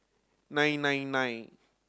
nine nine nine